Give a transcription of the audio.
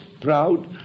proud